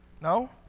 No